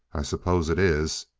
i suppose it is.